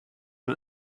den